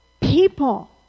people